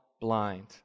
blind